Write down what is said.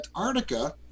Antarctica